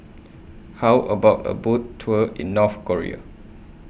How about A Boat Tour in North Korea